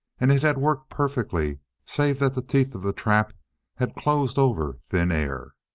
and it had worked perfectly save that the teeth of the trap had closed over thin air.